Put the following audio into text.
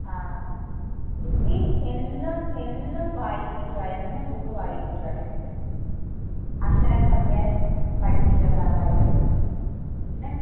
ആ ഹിന്ദി എന്നും എന്നും വായിപ്പിക്കുക എന്നും ബുക്ക് വായിപ്പിക്കുക ടെക്സ്റ്റ് അക്ഷരങ്ങളൊക്കെ പഠിപ്പിക്കുക തറോ ആയിട്ട് പിന്നെ